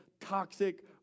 toxic